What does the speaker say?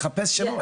נכון.